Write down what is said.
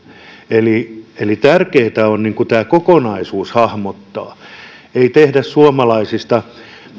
eli eli tärkeintä on tämä kokonaisuus hahmottaa ei tehdä suomalaisista